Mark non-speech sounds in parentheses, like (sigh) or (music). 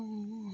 (unintelligible)